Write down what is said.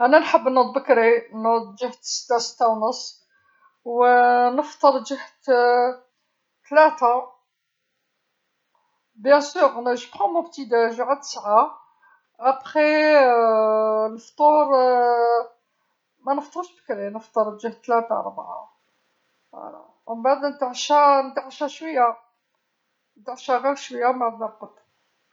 أنا نحب نوض بكري، نوض جوهة السته السته ونص، و نفطر جيهة التلاثه، طبعا آخذ فطوري الصباحي على التسعه، بعد ذلك الفطور مانفطرش بكري نفطر جوهة التلاثه الربعه، هكذا، ومن بعد نتعشى نتعشى شويه، نتعشى غير شويه من بعد نرقد.